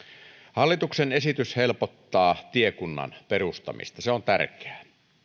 hallituksen esitys helpottaa tiekunnan perustamista se on tärkeää